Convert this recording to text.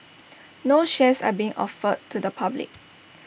no shares are being offered to the public